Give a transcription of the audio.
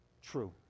True